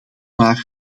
maar